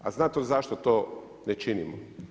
A znate zašto to ne činimo?